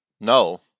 No